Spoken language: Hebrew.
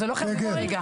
זה לא חייב להיות כרגע.